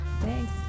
Thanks